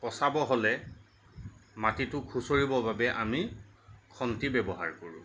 পচাব হ'লে মাটিটো খুচৰিব বাবে আমি খন্তি ব্য়ৱহাৰ কৰোঁ